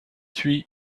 huit